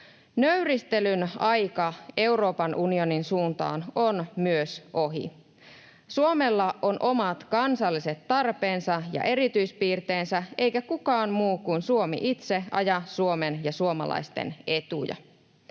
Nöyristelyn aika Euroopan unionin suuntaan on myös ohi. Suomella on omat kansalliset tarpeensa ja erityispiirteensä, eikä kukaan muu kuin Suomi itse aja Suomen ja suomalaisten etuja.